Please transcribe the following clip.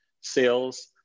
sales